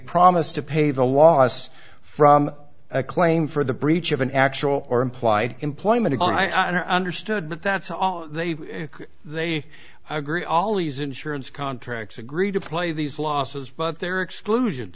promise to pay the loss for a claim for the breach of an actual or implied employment understood but that's all they agree all these insurance contracts agreed to play these losses but they're exclusion